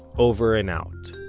over and out.